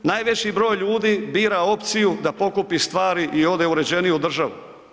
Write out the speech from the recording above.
Najveći broj ljudi bira opciju da pokupi stvari i ode u uređeniju državu.